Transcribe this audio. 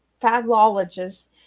pathologists